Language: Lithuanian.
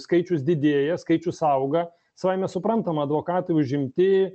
skaičius didėja skaičius auga savaime suprantama advokatai užimti